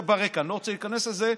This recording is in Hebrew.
זה ברקע, אני לא רוצה להיכנס לזה.